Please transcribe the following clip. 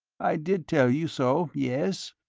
i did tell you so, yes.